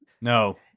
No